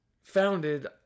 founded